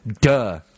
Duh